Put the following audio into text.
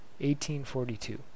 1842